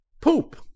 poop